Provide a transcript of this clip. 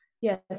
Yes